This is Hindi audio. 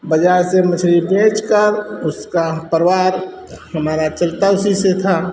बाज़ार से मछली बेचकर उसका परिवार हमारा चलता उसी से था